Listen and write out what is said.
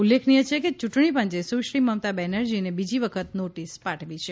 ઉલ્લેખનીય છે કે યૂંટણી પંચે સુશ્રી મમતા બેનરજીને બીજી વખત નોટિસ પાઠવી છે